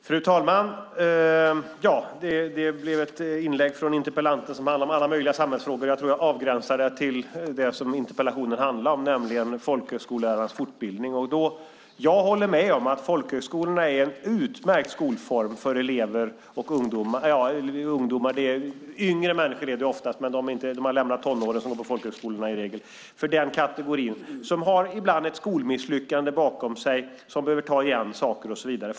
Fru talman! Det var ett inlägg av interpellanten som handlade om alla möjliga samhällsfrågor. Jag tror att jag avgränsar mitt inlägg till det som interpellationen handlar om, nämligen folkhögskolelärarnas fortbildning. Jag håller med om att folkhögskolorna är en utmärkt skolform för yngre människor, de som går på folkhögskola har i regel lämnat tonåren, för den kategori som ibland har ett skolmisslyckande bakom sig och behöver ta igen det.